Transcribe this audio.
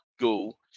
go